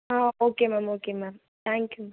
ah okay ma'am okay ma'am thank you ma'am